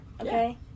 okay